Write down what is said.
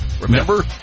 Remember